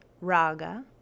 raga